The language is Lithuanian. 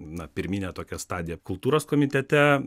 na pirminę tokią stadiją kultūros komitete